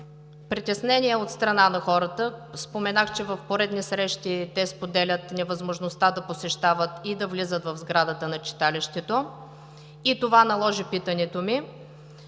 притеснения от страна на хората – споменах, че в поредни срещи споделят невъзможността да посещават и да влизат в сградата на читалището и това наложи питането ми,